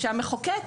המחוקק,